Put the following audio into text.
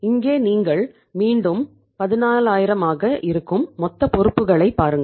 இங்கே நீங்கள் மீண்டும் 14000 ஆக இருக்கும் மொத்த பொறுப்புகளைப் பாருங்கள்